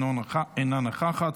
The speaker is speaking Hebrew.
אינה נוכחת,